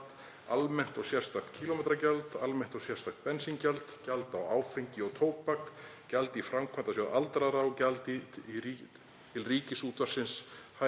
almennt og sérstakt kílómetragjald, almennt og sérstakt bensíngjald, gjald á áfengi og tóbak, gjald í Framkvæmdasjóð aldraðra og gjald til Ríkisútvarpsins